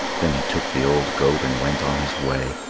then he took the old goat and went on his way.